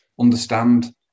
understand